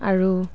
আৰু